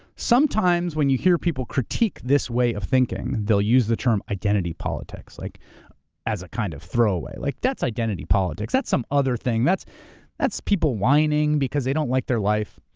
sometimes when you hear people critique this way of thinking, they'll use the term, identity politics like as a kind of throwaway. like that's identity politics, that's some other thing, that's that's people whining because they don't like their life.